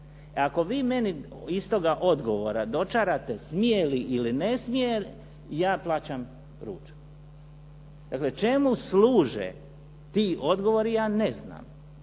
Ako vi meni iz toga odgovora dočarate smije li ili nesmije, ja plaćam ručak. Dakle, čemu služe ti odgovori, ja ne znam.